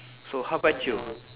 so how about you